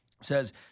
says